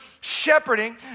shepherding